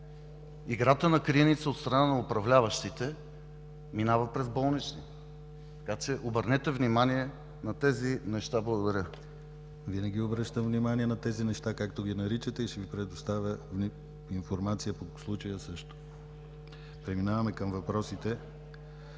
играта на криеница от страна на управляващите минава през болнични. Така че обърнете внимание на тези неща. Благодаря. ПРЕДСЕДАТЕЛ ДИМИТЪР ГЛАВЧЕВ: Винаги обръщам внимание на тези неща, както ги наричате и също ще Ви предоставя информация по случая. Преминаваме към въпросите